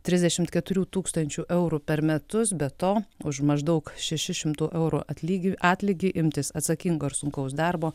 trisdešimt keturių tūkstančių eurų per metus be to už maždaug šeši šimtų eurų atlygi atlygį imtis atsakingo ir sunkaus darbo